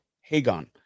Hagon